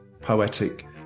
poetic